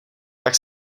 tak